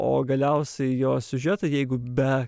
o galiausiai jo siužetai jeigu be